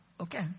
Okay